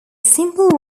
simple